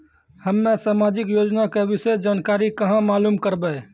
हम्मे समाजिक योजना के विशेष जानकारी कहाँ मालूम करबै?